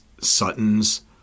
Sutton's